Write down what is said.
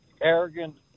arrogant